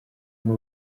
aho